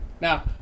Now